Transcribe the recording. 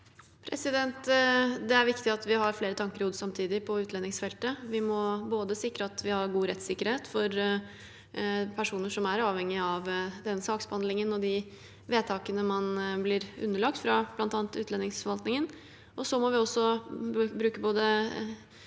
Det er viktig at vi har flere tanker i hodet samtidig på utlendingsfeltet. Vi må sikre at vi har god rettssikkerhet for personer som er avhengige av den saksbehandlingen og de vedtakene man blir underlagt fra bl.a. utlendingsforvaltningen. Vi må også bruke